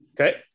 Okay